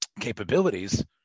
capabilities